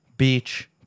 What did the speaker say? Beach